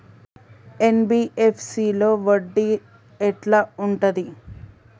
NBFC లో వడ్డీ ఎట్లా ఉంటది?